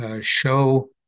show